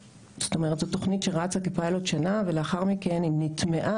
רצה כפיילוט במשך שנה ולאחר מכן היא נטמעה